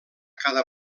cada